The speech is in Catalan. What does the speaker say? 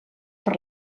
per